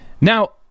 Now